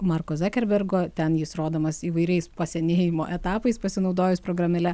marko zakerbergo ten jis rodomas įvairiais senėjimo etapais pasinaudojus programėle